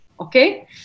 okay